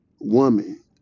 woman